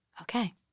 Okay